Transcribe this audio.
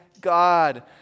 God